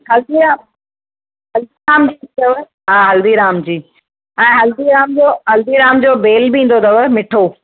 हल्दीराम हल्दीराम जी अथव हा हल्दीराम जी ऐं हल्दीराम जो हल्दीराम जो भेल बि ईंदो अथव मिठो